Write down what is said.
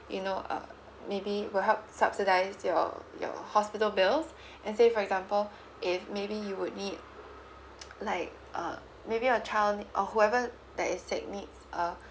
you know uh maybe will help subsidise your your hospital bills and say for example if maybe you would need like uh maybe a child or whoever that is sick needs a